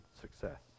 success